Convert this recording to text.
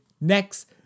next